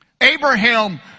Abraham